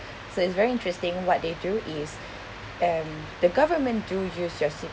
so it's very interesting what they do is um the government do use your